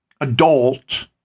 adult